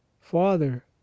Father